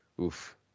Oof